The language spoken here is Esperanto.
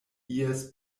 ies